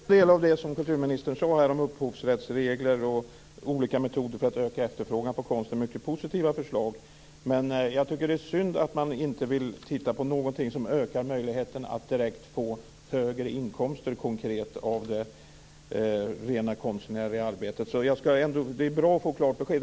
Herr talman! Jag tycker att en hel del av det som kulturministern sade om upphovsrättsregler och olika metoder för att öka efterfrågan på konst är mycket positiva förslag. Men jag tycker att det är synd att man inte vill titta på ett förslag som ökar möjligheten att direkt och konkret få högre inkomster av det rena konstnärliga arbetet. Det är bra att få klart besked.